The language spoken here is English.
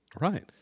Right